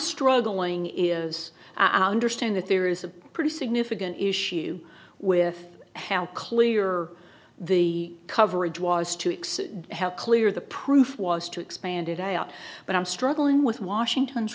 struggling is i understand that there is a pretty significant issue with how clear the coverage was to exit how clear the proof was to expand it out but i'm struggling with washington's